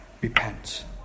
repent